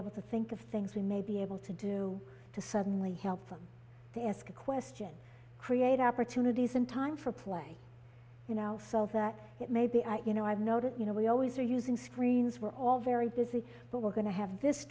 able to think of things we may be able to do to suddenly help them to ask a question create opportunities in time for play you know cells that it may be you know i've noticed you know we always are using screens we're all very busy but we're going to have this